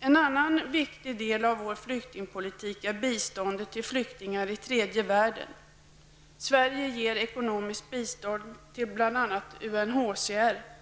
En annan viktig del av vår flyktingpolitik är biståndet till flyktingar i tredje världen. Sverige ger ekonomiskt bistånd till bl.a. UNHCR.